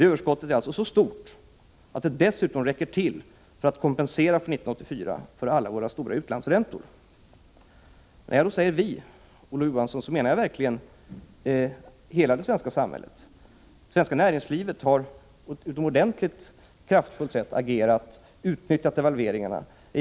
Det överskottet är så stort att det dessutom räcker för att kompensera alla våra stora utlandsräntor för 1984. När jag säger vi, Olof Johansson, menar jag verkligen hela det svenska samhället. Det svenska näringslivet har på ett utomordentligt kraftfullt sätt agerat, utnyttjat devalveringarna.